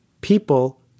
people